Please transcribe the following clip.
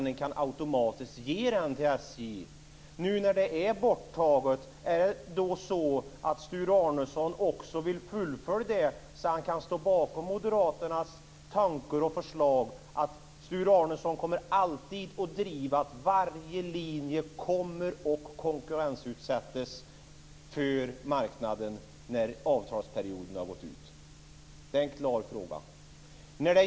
Den kan automatiskt gå till Nu när det är borttaget, vill Sture Arnesson då fullfölja det så att han kan ställa sig bakom Moderaternas tankar och förslag? Kommer Sture Arnesson alltid att driva att varje linje kommer att konkurrensutsättas på marknaden när avtalsperioden har gått ut? Det är en klar fråga.